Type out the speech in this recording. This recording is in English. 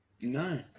No